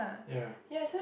ya